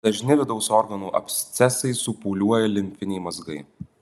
dažni vidaus organų abscesai supūliuoja limfiniai mazgai